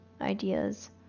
ideas